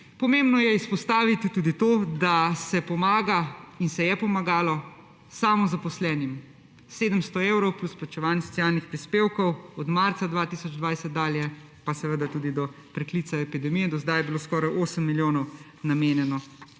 Pomembno je izpostaviti tudi to, da se pomaga in se je pomagalo samozaposlenim. 700 evrov plus plačevanje socialnih prispevkov od marca 2020 dalje, pa seveda tudi do preklica epidemije. Do zdaj je bilo skoraj 8 milijonov namenjenih